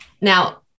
Now